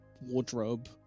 wardrobe